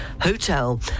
hotel